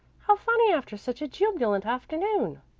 how funny after such a jubilant afternoon.